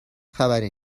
خبری